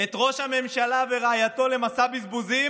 את ראש הממשלה ורעייתו למסע בזבוזים.